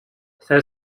there